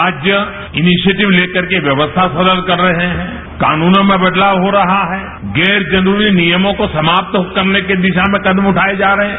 राज्य इनिशेटिव लेकर के व्यवस्था सरल कर रहे हैं कानूनों बदलाव हो रहा है गैर जरूरी नियमों को समाप्त करने की दिशा में कदम उठाये जा रहे हैं